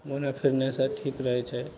घुमय फिरनेसँ ठीक रहय छै